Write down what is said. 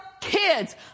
kids